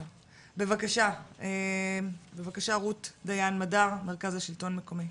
בבקשה רות דיין מדר, מרכז השלטון המקומי.